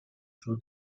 suo